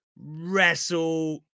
Wrestle